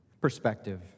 perspective